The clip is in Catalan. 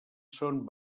són